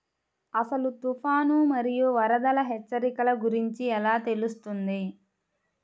అసలు తుఫాను మరియు వరదల హెచ్చరికల గురించి ఎలా తెలుస్తుంది?